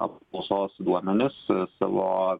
apklausos duomenis savo